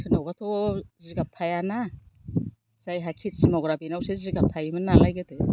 सोरनावबा थ' जिगाब थायाना जायहा खेथि मावग्रा बेनावसो जिगाब थायोमोन नालाय गोदो